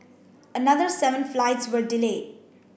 another seven flights were delayed